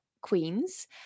queens